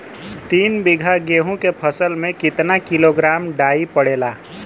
तीन बिघा गेहूँ के फसल मे कितना किलोग्राम डाई पड़ेला?